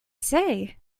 say